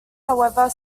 however